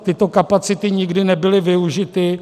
Tyto kapacity nikdy nebyly využity.